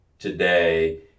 today